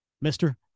Mister